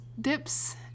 dips